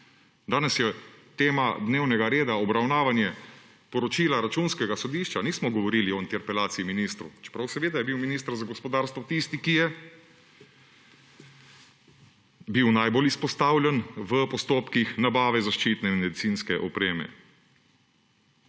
Danes je tema dnevnega reda obravnavanje poročila Računskega sodišča. Nismo govorili o interpelaciji ministra, čeprav se vidi, da je bil minister za gospodarstvo tisti, ki je bil najbolj izpostavljen v postopkih nabave zaščitne in medicinske opreme.